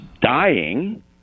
dying